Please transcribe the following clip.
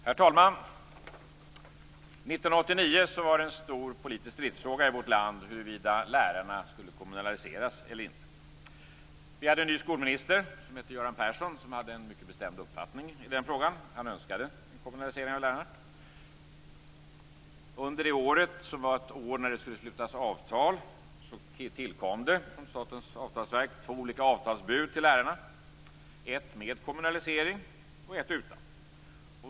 Herr talman! 1989 var det en stor politisk stridsfråga i vårt land huruvida lärarna skulle kommunaliseras eller inte. Vi hade en ny skolminister som hette Göran Persson. Han hade en mycket bestämd uppfattning i den frågan. Han önskade en kommunalisering av lärarna. Under det året, som var ett år när det skulle slutas avtal, tillkom det från Statens avtalsverk två olika avtalsbud till lärarna, ett med kommunalisering och ett utan.